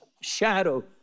shadow